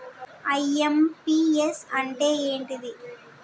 IMPS అంటే ఏంటిది?